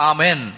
Amen